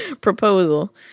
proposal